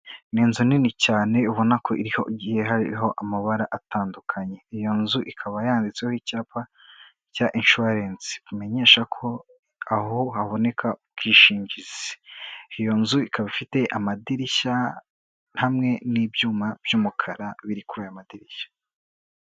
Ni inzu nini cyane ubona ko iriho, igiye hariho amabara atandukanye, iyo nzu ikaba yanditseho icyapa cya inshuwarense ikumenyesha ko aho haboneka ubwishingizi, iyo nzu ikaba ifite amadirishya hamwe n'ibyuma by'umukara biri kuri ayo madirishya.